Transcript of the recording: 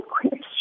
question